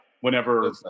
whenever